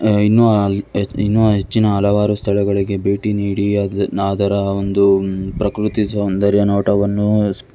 ಇನ್ನು ಹ ಇನ್ನು ಹೆಚ್ಚಿನ ಹಲವಾರು ಸ್ಥಳಗಳಿಗೆ ಭೇಟಿ ನೀಡಿ ನಾ ಅದರ ಒಂದು ಪ್ರಕೃತಿ ಸೌಂದರ್ಯ ನೋಟವನ್ನು